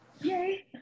yay